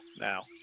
now